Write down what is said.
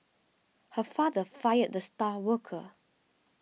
her father fired the star worker